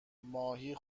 ماهی